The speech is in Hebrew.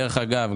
דרך אגב,